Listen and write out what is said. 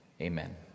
Amen